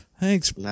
Thanks